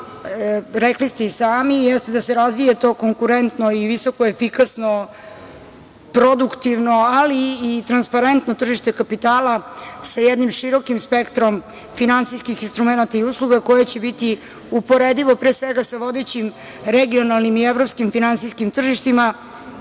rekli ste i sami, jeste da se razvije to konkurentno i visoko efikasno, produktivno ali i transparentno tržište kapitala, sa jednim širokim spektrom finansijskih instrumenata i usluga, koje će biti uporedivo pre svega sa vodećim regionalnim i evropskim finansijskim tržištima.